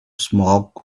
smoke